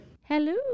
hello